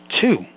Two